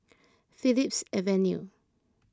Phillips Avenue